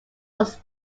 holds